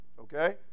okay